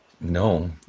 No